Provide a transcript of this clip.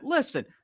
Listen